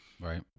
right